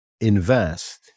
invest